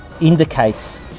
indicates